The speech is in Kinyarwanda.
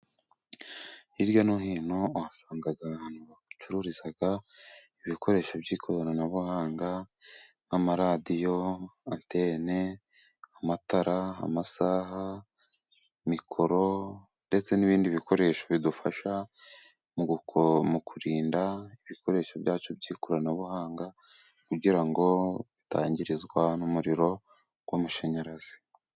Hirya no hino uhasanga ahantu bacururiza ibikoresho by'ikoranabuhanga nk'amaradiyo, antene, amatara, amasaha, mikoro ndetse n'ibindi bikoresho bidufasha, mu kurinda ibikoresho byacu by'ikoranabuhanga, kugira ngo bitangirizwa n'umuriro w'amashanyarazi.